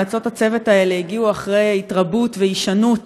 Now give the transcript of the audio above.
המלצות הצוות האלה התקבלו אחרי התרבות והישנות